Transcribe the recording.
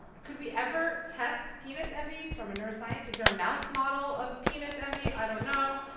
could we ever test penis envy from a neuroscience is there a mouse model of penis envy? i don't know.